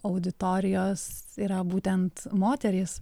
auditorijos yra būtent moterys